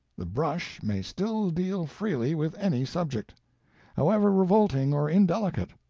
the brush may still deal freely with any subject however revolting or indelicate.